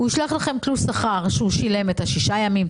הוא ישלח לכם תלוש שכר שהוא שילם את השישה ימים,